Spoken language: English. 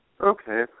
okay